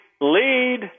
lead